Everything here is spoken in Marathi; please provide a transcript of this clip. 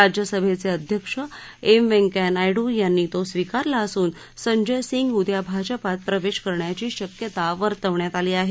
राज्यसभेचे अध्यक्ष एम व्यंकय्या नायडू यांनी तो स्वीकारला असून संजय सिंग उद्या भाजपात प्रवेश करण्याची शक्यता वर्तवण्यात येत आहे